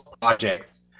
projects